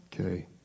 Okay